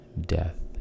death